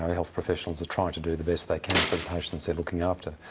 health professionals are trying to do the best they can for the patients they're looking after.